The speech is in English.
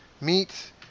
meat